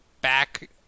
back